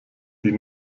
die